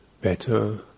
better